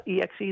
EXE